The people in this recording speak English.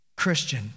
Christian